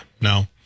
no